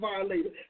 violated